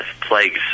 plagues